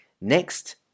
Next